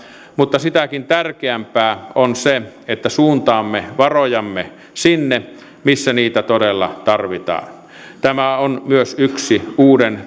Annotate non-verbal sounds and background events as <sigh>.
mutta sitäkin tärkeämpää on se että suuntaamme varojamme sinne missä niitä todella tarvitaan tämä on myös yksi uuden <unintelligible>